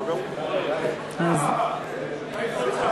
היית רוצה,